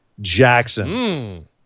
Jackson